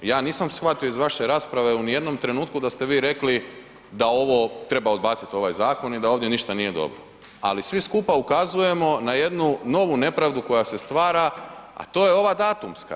Ja nisam shvatio iz vaše rasprave u nijednom trenutku da ste vi rekli da ovo treba odbaciti ovaj zakon i da ovdje ništa nije dobro ali svi skupa ukazujemo na jednu novu nepravdu koja se stvara a to je ova datumska.